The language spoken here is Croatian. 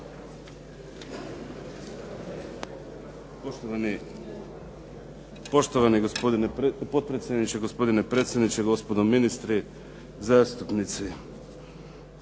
gospodine potpredsjedniče, gospodine predsjedniče, gospodo ministri, zastupnici.